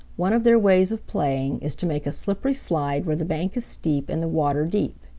one of their ways of playing is to make a slippery slide where the bank is steep and the water deep.